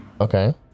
Okay